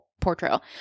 portrayal